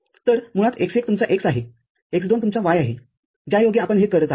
तर मुळात x१ तुमचा x आहे x २तुमचा y आहे ज्यायोगे आपण हे करत आहात